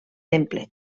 temple